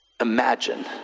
imagine